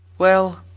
well,